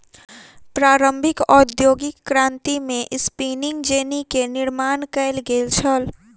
प्रारंभिक औद्योगिक क्रांति में स्पिनिंग जेनी के निर्माण कयल गेल छल